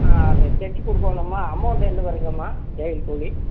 அது தைச்சி கொடுக்கோணும்மா அமௌண்ட் என்ன போடுறிங்கம்மா தையல் கூலி